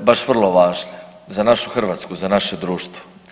baš vrlo važne za našu Hrvatsku, za naše društvo.